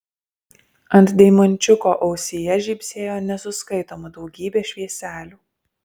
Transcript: ant deimančiuko ausyje žybsėjo nesuskaitoma daugybė švieselių